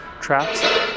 traps